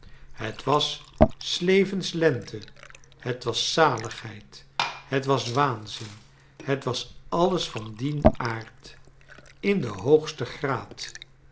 het was s levens lente het was zaligheid het was waanzin het was alles van dien aard in den hoogsten graad